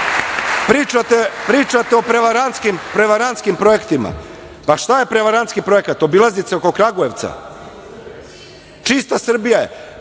o prevarantskim projektima, pa šta je prevarantski projekat? Obilaznica oko Kragujevca? Čista Srbija